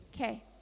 Okay